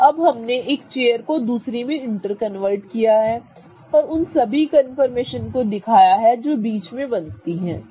तो अब हमने एक चेयर को दूसरे में इंटर्कॉन्वर्ट किया है और उन सभी कन्फर्मेशन को दिखाया है जो बीच में बनती हैं